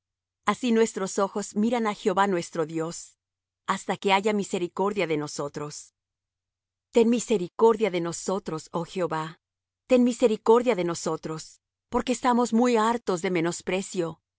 así nuestros ojos miran á jehová nuestro dios hasta que haya misericordia de nosotros ten misericordia de nosotros oh jehová ten misericordia de nosotros porque estamos muy hartos de